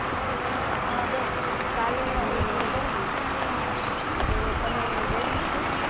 આ બસ કાલે આપડે સરુ કરી દઇસુ તો તમે રેડી છો